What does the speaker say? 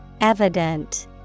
evident